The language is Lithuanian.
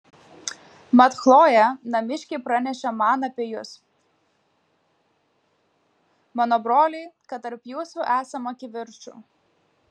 mat chlojė namiškiai pranešė man apie jus mano broliai kad tarp jūsų esama kivirčų